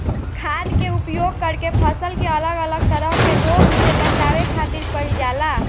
खाद्य के उपयोग करके फसल के अलग अलग तरह के रोग से बचावे खातिर कईल जाला